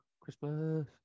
Christmas